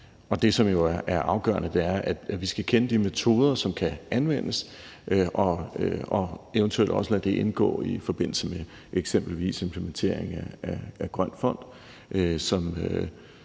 Det, som er afgørende, er jo, at vi skal kende de metoder, som kan anvendes, og eventuelt også lade det indgå i forbindelse med eksempelvis implementeringen af den grønne fond,